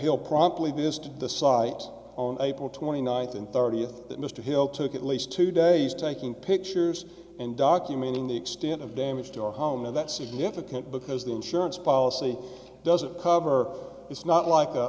hill promptly this to the site on april twenty ninth and thirtieth that mr hill took at least two days taking pictures and documenting the extent of damage to your home and that's significant because the insurance policy doesn't cover it's not like